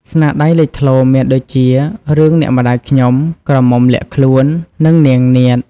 ស្នាដៃលេចធ្លោមានដូចជារឿង អ្នកម្តាយខ្ញុំ ក្រមុំលាក់ខ្លួន និង នាងនាថ។